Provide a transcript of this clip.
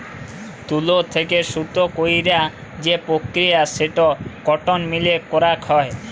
তুলো থেক্যে সুতো কইরার যে প্রক্রিয়া সেটো কটন মিলে করাক হয়